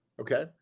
Okay